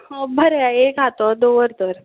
बरें एक हातो दवर तर